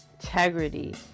integrity